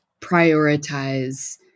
prioritize